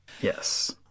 yes